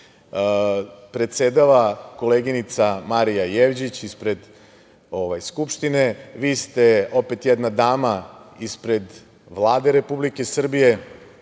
Predsedava koleginica Marija Jevđić ispred Skupštine, vi ste opet jedna dama ispred Vlade Republike Srbije,